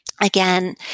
Again